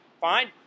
Fine